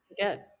Good